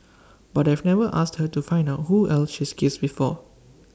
but I've never asked her to find out who else she's kissed before